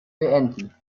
beenden